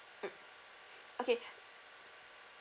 mm okay